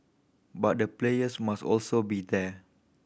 but the players must also be there